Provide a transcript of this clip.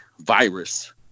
virus